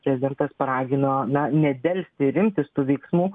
prezidentas paragino na delsti ir imtis tų veiksmų